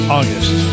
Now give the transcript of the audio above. August